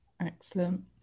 excellent